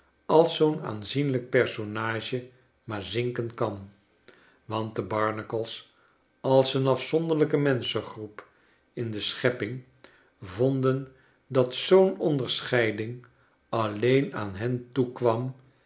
als zoo'n aanzienlijk personage maar zinken kan want de barnacles als een afafzonderlijke menschengroep in de schepping vonden dat zoo'n onderscheiding alleen aan hen toekwam